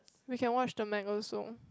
we can watch the the Meg also